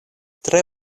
tre